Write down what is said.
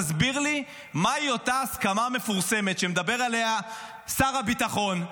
תסביר לי מה היא אותה הסכמה מפורסמת שמדבר עליה שר הביטחון,